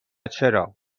چرا